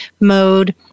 mode